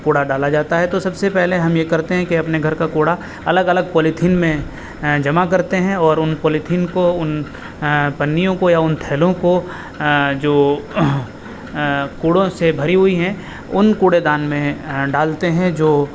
کوڑا ڈالا جاتا ہے تو سب سے پہلے ہم یہ کرتے ہیں کہ اپنے گھر کا کوڑا الگ الگ پولییتھین میں جمع کرتے ہیں اور ان پولیتھیین کو ان پنیوں کو یا ان تھیلوں کو جو کوڑوں سے بھری ہوئی ہیں ان کوڑے دان میں ڈالتے ہیں جو